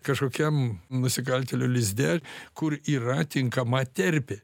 kažkokiam nusikaltėlių lizde kur yra tinkama terpė